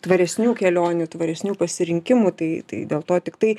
tvaresnių kelionių tvaresnių pasirinkimų tai dėl to tiktai